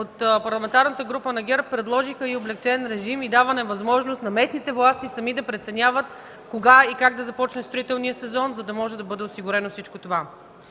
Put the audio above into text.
от Парламентарната група на ГЕРБ предложиха облекчен режим и даване възможност на местните власти сами да преценяват кога и как да започне строителният сезон, за да може да бъде осигурено всичко това.